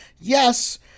Yes